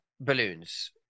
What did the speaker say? balloons